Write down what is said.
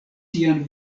sian